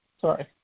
Sorry